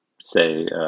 say